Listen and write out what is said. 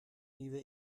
nieuwe